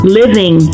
living